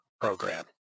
program